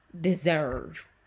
deserve